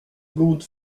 god